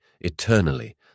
eternally